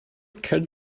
can